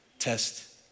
Test